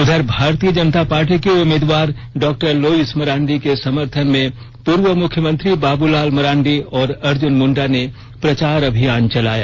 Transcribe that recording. उधर भारतीय जनता पार्टी की उम्मीदवार डॉ लुईस मरांडी के समर्थन में पूर्व मुख्यमंत्री बाबूललाल मरांडी और अर्जुन मुंडा ने प्रचार अभियान चलाया